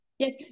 Yes